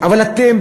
אבל אתם,